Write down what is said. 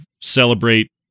celebrate